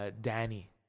Danny